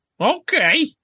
Okay